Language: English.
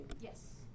Yes